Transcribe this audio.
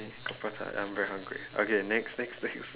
of course ah I'm very hungry okay next next next